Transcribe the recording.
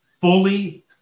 fully